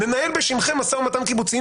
ננהל בשמכם משא ומתן קיבוצי,